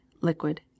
liquid